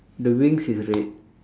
the wings is red